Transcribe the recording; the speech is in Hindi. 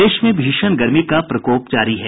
प्रदेश में भीषण गर्मी का प्रकोप जारी है